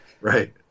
Right